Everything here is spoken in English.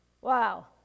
Wow